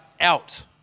out